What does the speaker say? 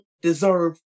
deserve